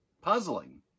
Puzzling